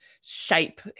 shape